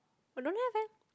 but don't have leh